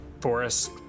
forest